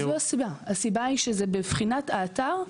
הסיבה היא שמבחינת האתר,